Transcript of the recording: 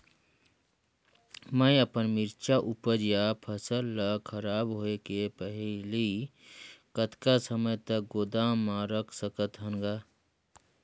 मैं अपन मिरचा ऊपज या फसल ला खराब होय के पहेली कतका समय तक गोदाम म रख सकथ हान ग?